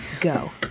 Go